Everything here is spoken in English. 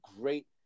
great